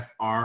fr